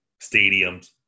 stadiums